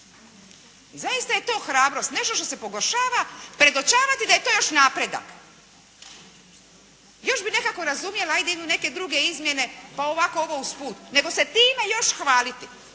Zaista je to hrabrost. Nešto što se pogoršava predočavati da je to još napredak. Još bi nekako razumjela, 'ajde idu neke druge izmjene, pa ovako ovo usput, nego se time još hvaliti.